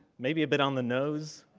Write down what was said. maybe a bit on the nose,